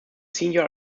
senior